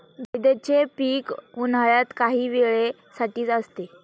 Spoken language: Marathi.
जायदचे पीक उन्हाळ्यात काही वेळे साठीच असते